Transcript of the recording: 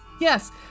Yes